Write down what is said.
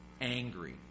angry